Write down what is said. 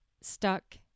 stuck